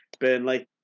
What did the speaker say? Burnley